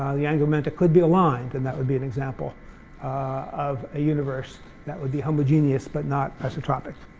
ah the angular momentum could be a line, and that would be an example of a universe that would be homogeneous but not isotropic.